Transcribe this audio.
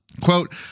Quote